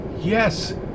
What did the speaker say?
Yes